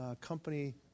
company